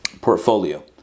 portfolio